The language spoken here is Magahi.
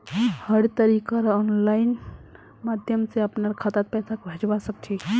हर तरीकार आनलाइन माध्यम से अपनार खातात पैसाक भेजवा सकछी